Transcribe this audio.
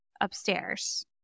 upstairs